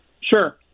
sure